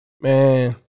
Man